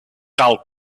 tal